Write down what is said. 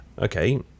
okay